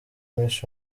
miss